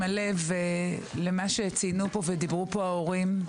הלב למה שציינו פה ודיברו פה ההורים.